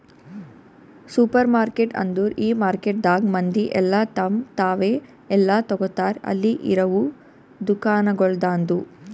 supermarket ಅಂದುರ್ ಈ ಮಾರ್ಕೆಟದಾಗ್ ಮಂದಿ ಎಲ್ಲಾ ತಮ್ ತಾವೇ ಎಲ್ಲಾ ತೋಗತಾರ್ ಅಲ್ಲಿ ಇರವು ದುಕಾನಗೊಳ್ದಾಂದು